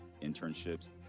internships